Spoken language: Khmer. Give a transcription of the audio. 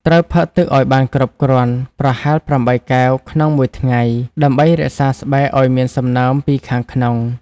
ត្រូវផឹកទឹកឱ្យបានគ្រប់គ្រាន់ ប្រហែល ៨ កែវក្នុងមួយថ្ងៃ ដើម្បីរក្សាស្បែកឱ្យមានសំណើមពីខាងក្នុង ។